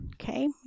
Okay